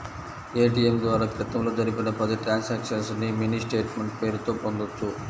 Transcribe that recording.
ATM ద్వారా క్రితంలో జరిపిన పది ట్రాన్సక్షన్స్ ని మినీ స్టేట్ మెంట్ పేరుతో పొందొచ్చు